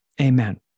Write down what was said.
amen